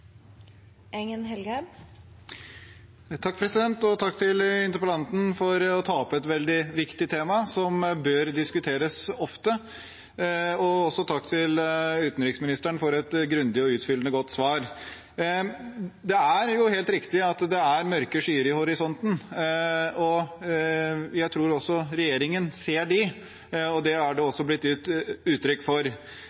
til interpellanten for at han tar opp et veldig viktig tema, som bør diskuteres ofte. Takk også til utenriksministeren for et grundig og utfyllende godt svar. Det er helt riktig at det er mørke skyer på horisonten. Jeg tror også regjeringen ser dem. Det er det